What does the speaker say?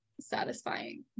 satisfying